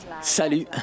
Salut